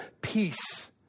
peace